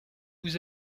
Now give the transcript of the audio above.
vous